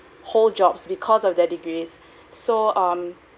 hold jobs because of their degrees so um